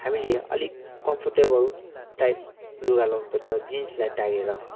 हामीले अलिक comfortable type लुगा लाउनुपर्छ जिन्सलाई त्यागेर